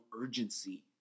urgency